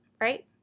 right